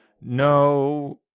No